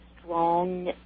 strong